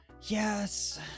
Yes